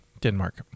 Denmark